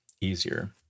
easier